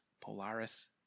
Polaris